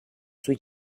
sui